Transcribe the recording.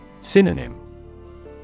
Synonym